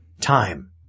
time